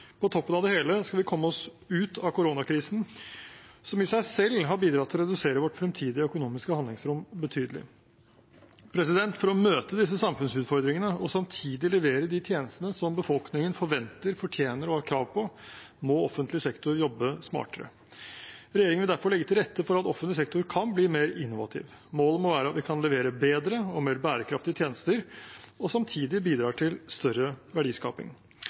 På toppen av det hele skal vi komme oss ut av koronakrisen, som i seg selv har bidratt til å redusere vårt fremtidige økonomiske handlingsrom betydelig. For å møte disse samfunnsutfordringene og samtidig levere de tjenestene som befolkningen forventer, fortjener og har krav på, må offentlig sektor jobbe smartere. Regjeringen vil derfor legge til rette for at offentlig sektor kan bli mer innovativ. Målet må være at vi kan levere bedre og mer bærekraftige tjenester og samtidig bidra til større verdiskaping.